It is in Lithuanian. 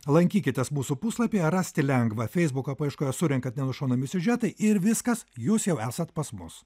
lankykitės mūsų puslapyje rasti lengva feisbuko paieškoje surenkat nenušaunami siužetai ir viskas jūs jau esat pas mus